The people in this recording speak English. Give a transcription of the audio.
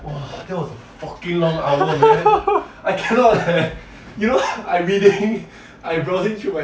you okay lah I you know I really I wrote it